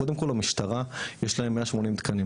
קודם כל המשטרה יש להם 180 תקנים,